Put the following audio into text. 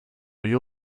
you